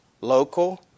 local